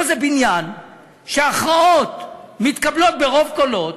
פה זה בניין שההכרעות מתקבלות ברוב קולות,